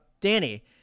Danny